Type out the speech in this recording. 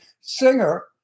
singer